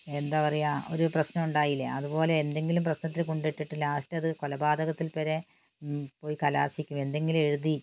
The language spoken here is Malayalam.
എന്താ പറയുക ഒരു പ്രശ്നം ഉണ്ടായില്ലേ അതുപോലെ എന്തെങ്കിലും പ്രശ്നത്തിൽ കൊണ്ടിട്ടിട്ട് ലാസ്റ്റ് അത് കൊലപാതകത്തിൽ വരെ ഉം പോയി കലാശിക്കും എന്തെങ്കിലും എഴുതി